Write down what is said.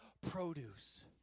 produce